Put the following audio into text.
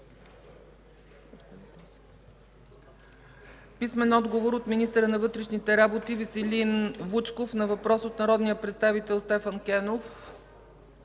Костадин Марков; - министъра на вътрешните работи Веселин Вучков на въпрос от народния представител Стефан Кенов;